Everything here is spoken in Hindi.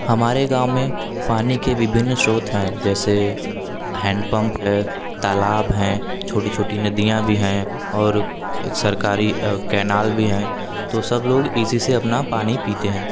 हमारे गाँव में पानी के विभिन्न स्रोत हैं जैसे हैंड पंप है तालाब हैं छोटी छोटी नदियाँ भी हैं और सरकारी कैनाल भी हैं तो सब लोग इसी से अपना पानी पीते हैं